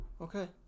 Okay